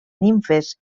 nimfes